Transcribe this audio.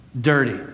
dirty